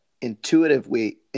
intuitively